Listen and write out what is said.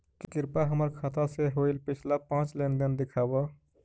कृपा हमर खाता से होईल पिछला पाँच लेनदेन दिखाव